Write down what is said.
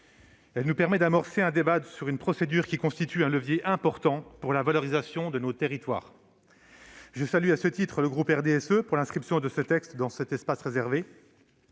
Elle nous permet d'amorcer un débat sur une procédure qui constitue un levier important pour la valorisation de nos territoires. Je salue à ce titre le groupe du RDSE pour l'inscription de ce texte dans son espace réservé,